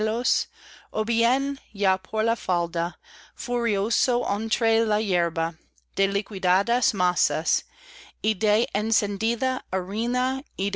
ó bien ya por la falda furioso entre la yerba de liquidadas masas y de encendida